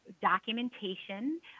documentation